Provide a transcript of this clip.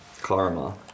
Karma